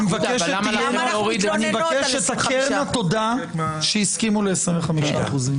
אני מבקש שתכרנה תודה שהסכימו ל-25%.